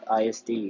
ISD